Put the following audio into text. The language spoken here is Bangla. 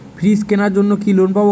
ফ্রিজ কেনার জন্য কি লোন পাব?